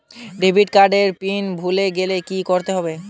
Debit card এর pin ভুলে গেলে কি করতে হবে?